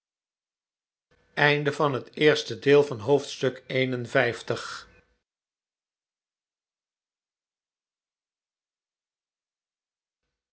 oosten van het westen van het